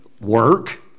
work